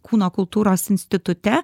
kūno kultūros institute